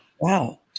Wow